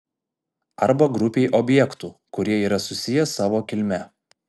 arba grupei objektų kurie yra susiję savo kilme